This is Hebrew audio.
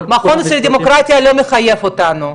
המכון הישראלי לדמוקרטיה לא מחייב אותנו,